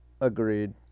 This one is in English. agreed